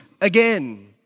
again